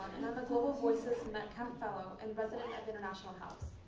global voices metcalf fellow and resident of the international house.